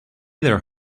their